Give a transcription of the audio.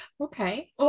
Okay